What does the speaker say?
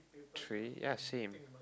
three ya same